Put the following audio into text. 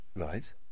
Right